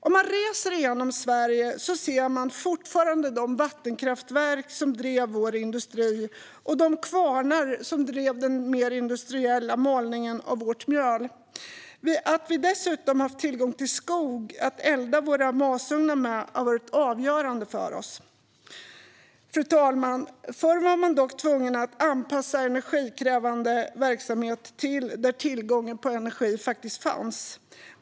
Om man reser genom Sverige ser man fortfarande de vattenkraftverk som drev vår industri och de kvarnar som drev den mer industriella malningen av vårt mjöl. Att vi dessutom haft tillgång till skog att elda våra masugnar med har varit avgörande för oss. Förr var man dock tvungen att anpassa energikrävande verksamhet till var tillgången på energi fanns.